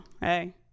hey